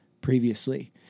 previously